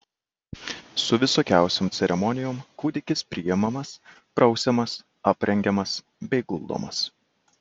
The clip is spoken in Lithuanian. su visokiausiom ceremonijom kūdikis priimamas prausiamas aprengiamas bei guldomas